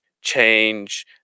change